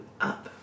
up